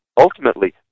ultimately